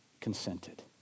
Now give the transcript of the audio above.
consented